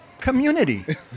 community